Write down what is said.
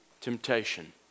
temptation